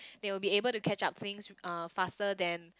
they will be able to catch up things uh faster than